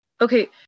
Okay